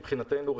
מבחינתנו,